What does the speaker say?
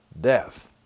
death